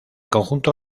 conjunto